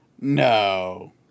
No